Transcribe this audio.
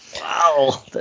wow